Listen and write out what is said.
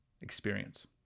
experience